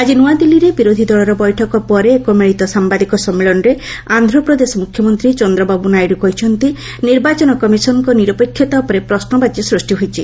ଆଜି ନ୍ତଆଦିଲ୍ଲୀରେ ବିରୋଧୀ ଦଳର ବୈଠକ ପରେ ଏକ ମିଳିତ ସାମ୍ଭାଦିକ ସମ୍ମିଳନୀରେ ଆନ୍ଧ୍ରପ୍ରଦେଶ ମୁଖ୍ୟମନ୍ତ୍ରୀ ଚନ୍ଦ୍ରବାରୁ ନାଇଡୁ କହିଛନ୍ତି ନିର୍ବାଚନ କମିଶନ୍ଙ୍କ ନିରପେକ୍ଷତା ଉପରେ ପ୍ରଶ୍ରବାଚୀ ସୃଷ୍ଟି ହୋଇଛି